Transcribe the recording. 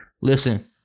listen